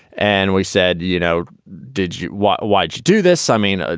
and we said, you know, did you? why? why'd you do this? i mean, ah